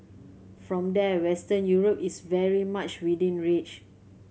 from there Western Europe is very much within reach